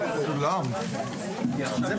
הישיבה